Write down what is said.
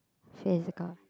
physical